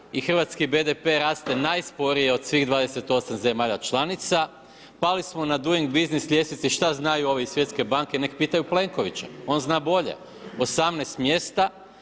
Hrvatska i hrvatski BDP raste najsporije od svih 28 zemalja članica, pali smo na doing business ljestvici, šta znaju ovi iz Svjetske banke, neka pitaju Plenkovića, on zna bolje, 18 mjesta.